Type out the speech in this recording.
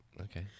Okay